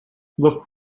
look